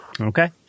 Okay